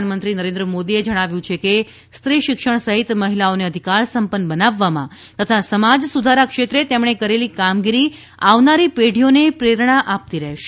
પ્રધાનમંત્રી નરેન્દ્ર મોદીએ જણાવ્યું હતું કે સ્ત્રી શિક્ષણ સહિત મહિલાઓને અધિકાર સંપન્ન બનાવવામાં તથા સમાજ સુધારા ક્ષેત્રે તેમણે કરેલી કામગીરી આવનારી પેઢીઓને પ્રેરણા આપતી રહેશે